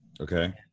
Okay